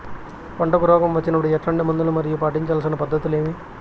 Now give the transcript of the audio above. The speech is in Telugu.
పంటకు రోగం వచ్చినప్పుడు ఎట్లాంటి మందులు మరియు పాటించాల్సిన పద్ధతులు ఏవి?